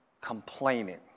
Complaining